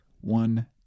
one